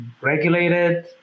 regulated